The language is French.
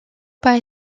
pas